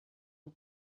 had